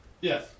Yes